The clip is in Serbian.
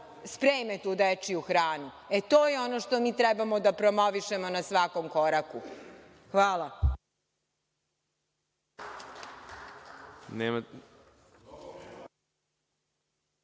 spreme tu dečiju hranu. E, to je ono što mi treba da promovišemo na svakom koraku. Hvala.